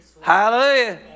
Hallelujah